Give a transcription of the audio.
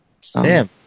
Sam